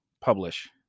publish